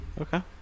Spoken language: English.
Okay